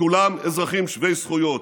כולם אזרחים שווי זכויות,